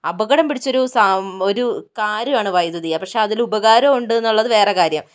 അപകടം പിടിച്ചൊരു സാ ഒരു കാര്യം ആണ് വൈദ്യുതി പക്ഷേ അതിൽ ഉപകാരവും ഉണ്ട് എന്നുള്ളത് വേറെ കാര്യം